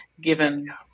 given